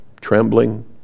trembling